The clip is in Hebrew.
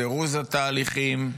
זירוז התהליכים.